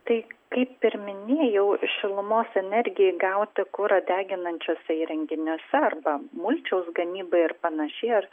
tai kaip ir minėjau šilumos energijai gauti kurą deginančiuose įrenginiuose arba mulčiaus gamybai ir panašiai ar